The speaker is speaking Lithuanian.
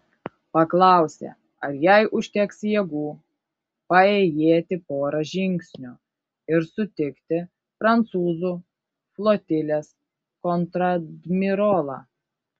paklausė ar jai užteks jėgų paėjėti porą žingsnių ir sutikti prancūzų flotilės kontradmirolą